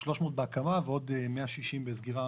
300 בהקמה ועוד 160 בסגירה.